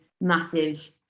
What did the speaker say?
massive